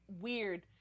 weird